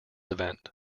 event